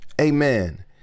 amen